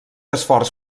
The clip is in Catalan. esforç